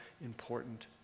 important